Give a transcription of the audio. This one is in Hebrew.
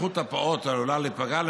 התפתחות הפעוט עלולה להיפגע.